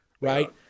Right